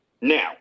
Now